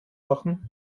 machen